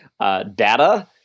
Data